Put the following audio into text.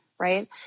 right